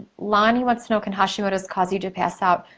lonnie wants to know, can hashimoto's cause you to pass out?